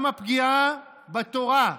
גם הפגיעה בתורה,